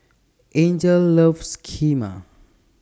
Angel loves Kheema